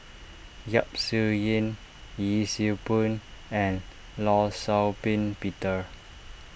Yap Su Yin Yee Siew Pun and Law Shau Ping Peter